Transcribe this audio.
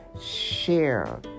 Share